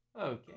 Okay